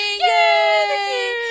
Yay